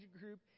group